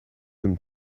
them